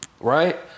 right